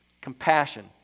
Compassion